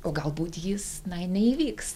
o galbūt jis na neįvyks